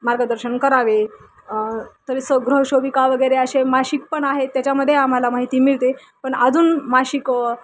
मार्गदर्शन करावे तरी स ग्रहशोभिका वगैरे असे मासिक पण आहेत त्याच्यामध्ये आम्हाला माहिती मिळते पण अजून मासिक